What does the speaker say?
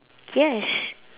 yes